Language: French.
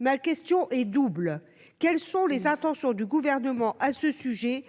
la ministre, quelles sont les intentions du Gouvernement à ce sujet ?